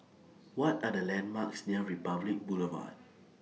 What Are The landmarks near Republic Boulevard